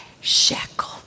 shackle